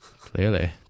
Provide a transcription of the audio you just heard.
clearly